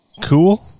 cool